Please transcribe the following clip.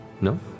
No